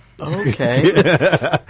okay